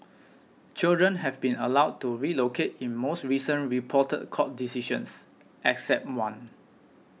children have been allowed to relocate in most recent reported court decisions except one